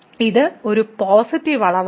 ഇത് ഒരു പോസിറ്റീവ് അളവാണ്